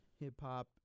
hip-hop